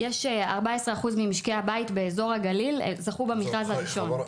14% ממשקי הבית באזור הגליל זכו במכרז הראשון.